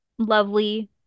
lovely